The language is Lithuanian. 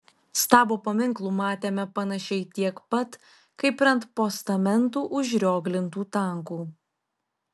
stabo paminklų matėme panašiai tiek pat kaip ir ant postamentų užrioglintų tankų